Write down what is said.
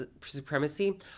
supremacy